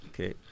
Okay